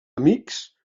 amics